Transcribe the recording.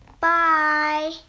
Bye